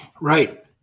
Right